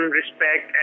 respect